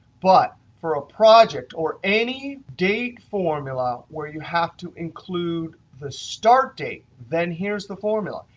but for a project or any date formula where you have to include the start date, then here's the formula.